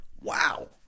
wow